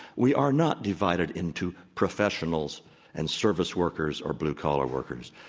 we are not divided into professionals and service workers or blue collar workers.